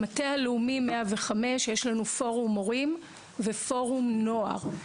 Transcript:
במטה הלאומי 105 יש לנו פורום הורים ופורום נוער.